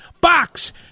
box